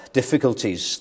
difficulties